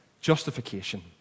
justification